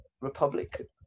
republic